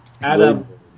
Adam